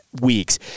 weeks